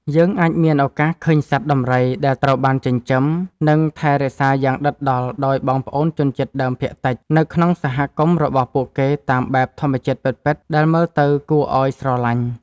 យើងអាចមានឱកាសឃើញសត្វដំរីដែលត្រូវបានចិញ្ចឹម និង ថែរក្សាយ៉ាងដិតដល់ដោយបងប្អូនជនជាតិដើមភាគតិចនៅក្នុងសហគមន៍របស់ពួកគេតាមបែបធម្មជាតិពិតៗដែលមើលទៅគួរឱ្យស្រឡាញ់។